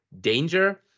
danger